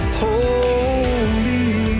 holy